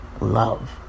love